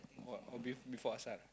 what oh be~ before asar